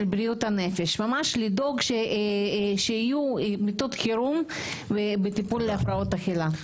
בריאות הנפש ממש לדאוג שיהיו מיטות חירום לטיפול בהפרעות אכילה.